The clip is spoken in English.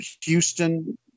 Houston